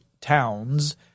Towns